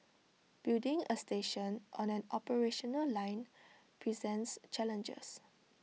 building A station on an operational line presents challenges